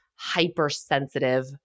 hypersensitive